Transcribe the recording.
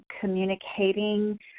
communicating